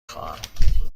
خواهم